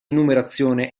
numerazione